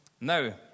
Now